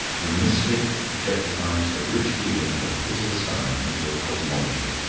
the mystic objectifies a rich feeling in the pit of the stomach into a cosmology.